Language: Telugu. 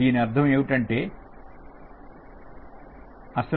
దాని అర్థం ఏమిటి